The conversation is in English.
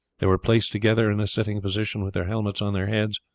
they were placed together in a sitting position, with their helmets on their heads,